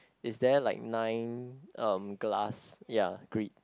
is there like nine um glass ya grid